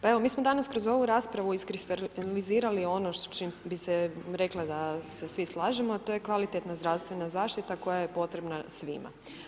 Pa evo mi smo danas kroz ovu raspravu iskristalizirali ono s čim bi se rekla da se svi slažemo, a to je kvalitetna zdravstvena zaštita koja je potrebna svima.